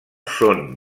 són